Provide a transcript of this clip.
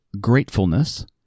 gratefulness